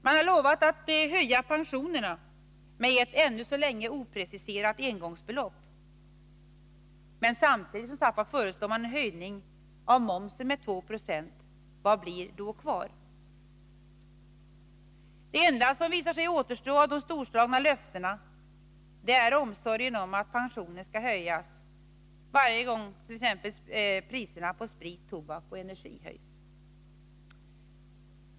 Man har lovat att höja pensionerna med ett, ännu så länge, opreciserat engångsbelopp. Men samtidigt föreslår man en höjning av momsen med2 96. Vad blir då kvar? Det enda som visar sig återstå av de storslagna löftena till pensionärerna är omsorgen om att pensionen skall höjas varje gång som t.ex. priserna på sprit, tobak och energi höjs.